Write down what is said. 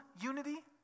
unity